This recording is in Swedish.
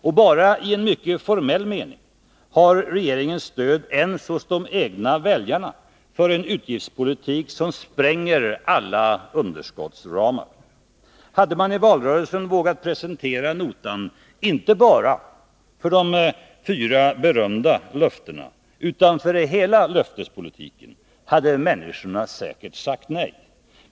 Och bara i en mycket formell mening har den stöd ens hos de egna väljarna för en utgiftspolitik som spränger alla underskottsramar. Hade man i valrörelsen vågat presentera notan inte bara för de berömda fyra löftena utan för hela löftespolitiken, hade människorna säkert sagt nej.